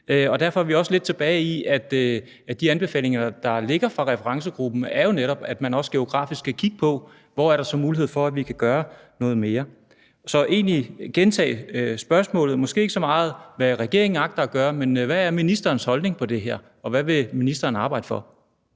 og derfor er vi også lidt tilbage i, at de anbefalinger, som ligger fra referencegruppen, jo netop er, at man også geografisk skal kigge på, hvor der så er muligheder for, at vi kan gøre noget mere. Så jeg vil egentlig gentage spørgsmålet, men ikke med så meget fokus på, hvad regeringen agter at gøre, men mere hvad ministerens holdning er til det her, og hvad ministeren vil arbejde for.